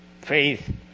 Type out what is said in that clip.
Faith